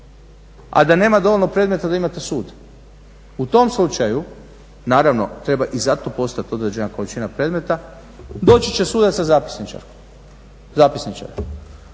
a da nema dovoljno predmeta da imate sud. U tom slučaju, naravno treba i za to postojati određena količina predmeta, doći će sudac sa zapisničarom. Održati